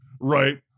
right